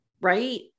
right